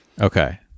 Okay